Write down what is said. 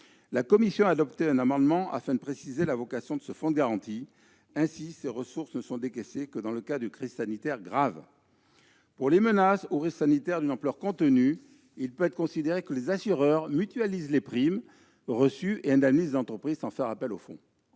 La commission a adopté un amendement tendant à préciser la vocation de ce fonds. Ainsi, ses ressources ne sont décaissées que dans le cas de crise sanitaire grave. Pour les menaces ou risques sanitaires d'une ampleur contenue, il peut être considéré que les assureurs mutualisent les primes reçues et indemnisent les entreprises sans faire appel au fonds.